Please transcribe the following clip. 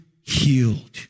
healed